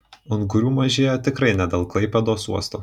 ungurių mažėja tikrai ne dėl klaipėdos uosto